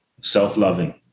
self-loving